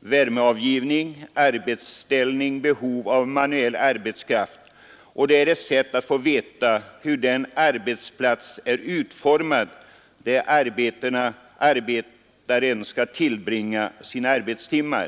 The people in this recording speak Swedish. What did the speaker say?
värmeavgivning, arbetsställning och behov av manuell kraft, är ett sätt att få veta hur den arbetsplats är utformad där arbetaren skall tillbringa sina arbetstimmar.